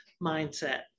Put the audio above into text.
mindset